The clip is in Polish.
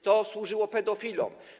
To służyło pedofilom.